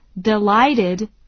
delighted